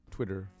Twitter